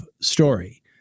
story